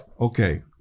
okay